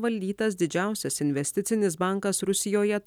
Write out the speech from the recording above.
valdytas didžiausias investicinis bankas rusijoje